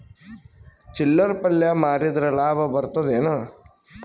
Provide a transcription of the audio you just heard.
ಚಿಲ್ಲರ್ ಪಲ್ಯ ಮಾರಿದ್ರ ಲಾಭ ಬರತದ ಏನು?